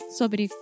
sobre